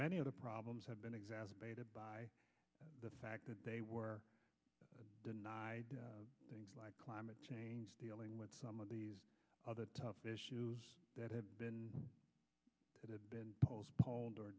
many of the problems have been exacerbated by the fact that they were denied things like climate change dealing with some of these other tough issues that have been that have been postponed or